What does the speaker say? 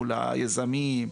מול היזמים,